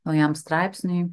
naujam straipsniui